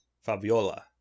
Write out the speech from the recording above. Fabiola